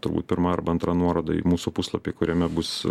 turbūt pirma arba antra nuoroda į mūsų puslapį kuriame bus